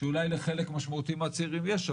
שאולי לחלק משמעותי מהצעירים יש,